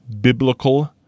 biblical